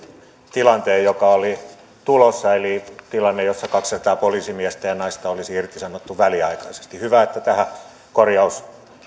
tilanteen joka oli tulossa eli tilanteen jossa kaksisataa poliisimiestä ja naista olisi irtisanottu väliaikaisesti hyvä että tähän korjaus